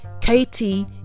katie